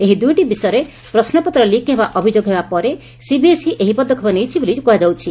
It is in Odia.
ଏହି ଦୁଇଟି ବିଷୟରେ ପ୍ରଶ୍ୱପତ୍ର ଲିକ୍ ହେବା ଅଭିଯୋଗ ହେବା ପରେ ସିବିଏସ୍ଇ ଏହି ପଦକ୍ଷେପ ନେଇଛି ବୋଲି କୁହାଯାଉଛି